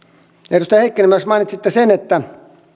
edustaja heikkinen myös mainitsitte sen että